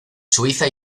suiza